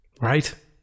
right